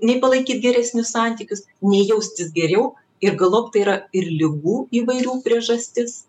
nei palaikyt geresnius santykius nei jaustis geriau ir galop tai yra ir ligų įvairių priežastis